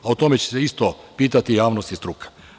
O tome će se isto pitati javnost i struka.